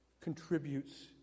contributes